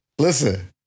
Listen